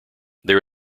there